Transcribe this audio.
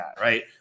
right